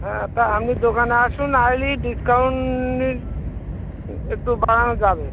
হ্যাঁ তা আপনি দোকানে আসুন আসলেই ডিসকাউন্টের একটু বাড়ানো যাবে